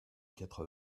quatre